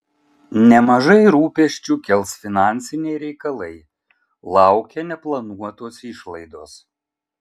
nemažai rūpesčių kels finansiniai reikalai laukia neplanuotos išlaidos